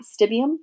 stibium